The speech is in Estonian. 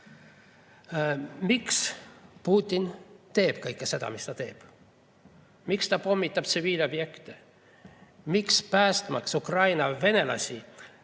Putin teeb kõike seda, mis ta teeb? Miks ta pommitab tsiviilobjekte? Miks ta päästmaks Ukraina venelasi